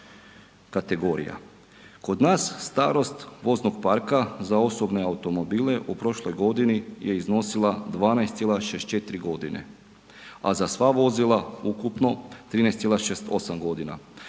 Kod nas starost voznog parka za osobne automobile u prošloj godini je iznosila 12,64 godine a za sva vozila ukupno 13,68 godina.